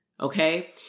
okay